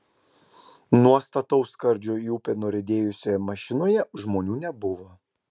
nuo stataus skardžio į upę nuriedėjusioje mašinoje žmonių nebuvo